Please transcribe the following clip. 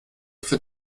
für